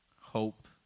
hope